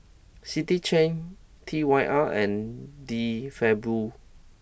City Chain T Y R and De Fabio